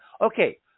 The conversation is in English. Okay